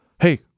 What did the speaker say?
Hey